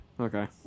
Okay